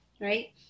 right